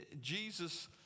Jesus